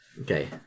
Okay